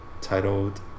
titled